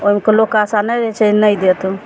अबके लोकके आशा नहि रहय छै जे नहि देत